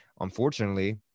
unfortunately